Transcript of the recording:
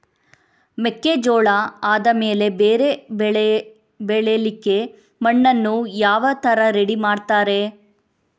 ಮೆಕ್ಕೆಜೋಳ ಆದಮೇಲೆ ಬೇರೆ ಬೆಳೆ ಬೆಳಿಲಿಕ್ಕೆ ಮಣ್ಣನ್ನು ಯಾವ ತರ ರೆಡಿ ಮಾಡ್ತಾರೆ?